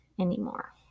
anymore